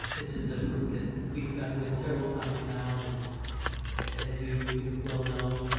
this is a group that we've met with several times now. and it's as you you well know,